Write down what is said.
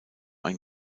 ein